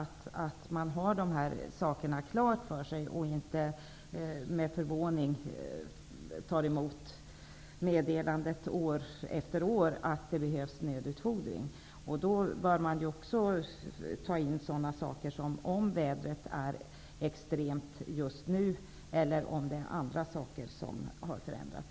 Detta bör göras klart för att man inte med förvåning år efter år skall ta emot meddelanden om att nödutfodring behövs. Man bör då också beakta exempelvis aktuella extrema väderförhållanden eller andra förhållanden som har förändrats.